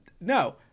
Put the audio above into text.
No